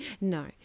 No